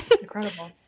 incredible